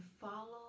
follow